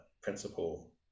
principle